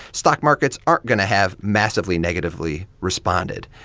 stock markets aren't going to have massively negatively responded.